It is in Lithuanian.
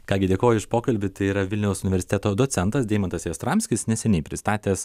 ką gi dėkoju už pokalbį tai yra vilniaus universiteto docentas deimantas jastramskis neseniai pristatęs